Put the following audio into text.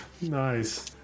nice